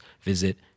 visit